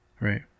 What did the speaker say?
right